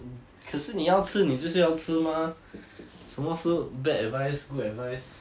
mm 可是你要吃你就是要吃嘛什么是 bad advice good advice